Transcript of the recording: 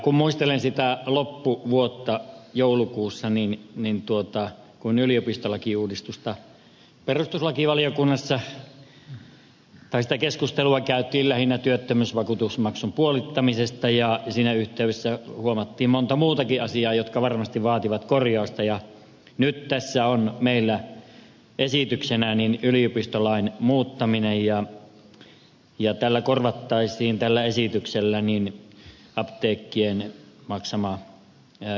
kun muistelen sitä loppuvuotta joulukuussa kun perustuslakivaliokunnassa keskustelua käytiin lähinnä työttömyysvakuutusmaksun puolittamisesta ja siinä yhteydessä huomattiin monta muutakin asiaa jotka varmasti vaativat korjausta ja nyt tässä on meillä esityksenä yliopistolain muuttaminen ja tällä esityksellä korvattaisiin apteekkien maksama yhteisövero